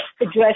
address